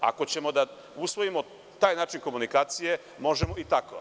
Ako ćemo da usvojimo taj način komunikacije, možemo i tako.